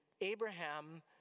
Abraham